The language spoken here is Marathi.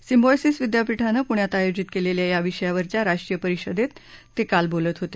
सिम्बॉयसिस विद्यापीठानं पुण्यात आयोजित केलेल्या या विषयावरच्या राष्ट्रीय परिषदेत ते काल बोलत होते